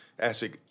ASIC